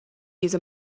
use